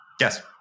Yes